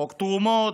חוק תרומות,